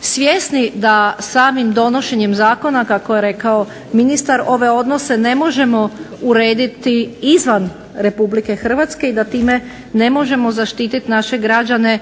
Svjesni da samim donošenjem zakona kako je rekao ministar, ove odnose ne možemo urediti izvan Republike Hrvatske i da time ne možemo zaštiti naše građane